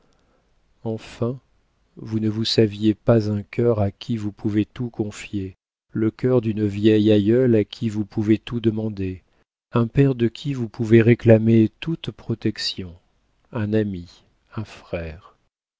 enfin vous ne vous saviez pas un cœur à qui vous pouvez tout confier le cœur d'une vieille aïeule à qui vous pouvez tout demander un père de qui vous pouvez réclamer toute protection un ami un frère